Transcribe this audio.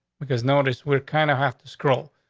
because noticed, we kind of have to scroll.